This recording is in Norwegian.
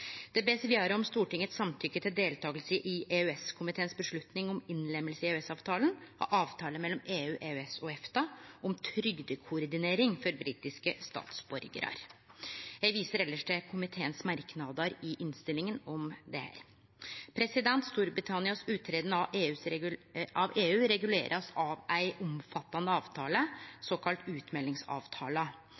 Det blir vidare bedt om Stortingets samtykke til deltaking i EØS-komiteens avgjerd om innlemming i EØS-avtalen av avtale mellom EU, EØS og EFTA om trygdekoordinering for britiske statsborgarar. Eg viser elles til komiteens merknader i innstillinga om dette. Storbritannias uttreden av EU blir regulert av ein omfattande avtale, såkalla